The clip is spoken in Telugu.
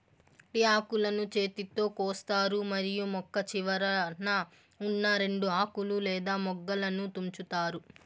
టీ ఆకులను చేతితో కోస్తారు మరియు మొక్క చివరన ఉన్నా రెండు ఆకులు లేదా మొగ్గలను తుంచుతారు